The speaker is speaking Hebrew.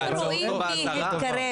הם רואים מי התקרב.